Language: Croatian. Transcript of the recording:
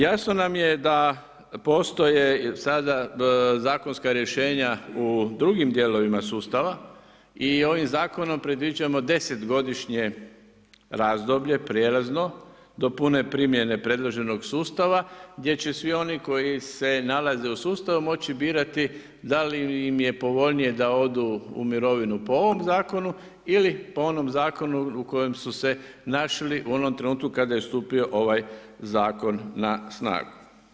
Jasno nam je da postoje sada zakonska rješenja u drugim dijelovima sustava i ovim zakonom predviđamo 10-godišnje razdoblje prijelazno do pune primjene predloženog sustava gdje će se svi oni koji se nalaze u sustavu moći birati da li im je povoljnije da odu u mirovinu po ovom Zakonu ili po onom zakonu u kojem su se našli u onom trenutku kada je stupio ovaj Zakon na snagu.